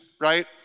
right